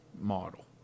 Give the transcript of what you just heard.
model